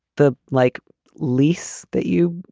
the like least that you,